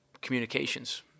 communications